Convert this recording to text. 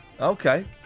Okay